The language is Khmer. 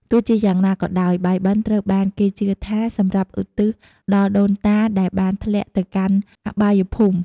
ទោះជាយ៉ាងណាក៏ដោយ បាយបិណ្ឌត្រូវបានគេជឿថាសម្រាប់ឧទ្ទិសដល់ដូនតាដែលបានធ្លាក់ទៅកាន់អបាយភូមិ។